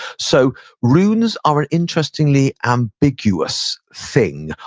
so runes are an interestingly ambiguous thing.